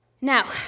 Now